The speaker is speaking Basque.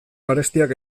garestiak